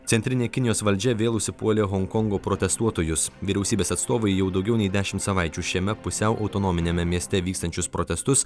centrinė kinijos valdžia vėl užsipuolė honkongo protestuotojus vyriausybės atstovai jau daugiau nei dešimt savaičių šiame pusiau autonominiame mieste vykstančius protestus